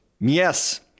Yes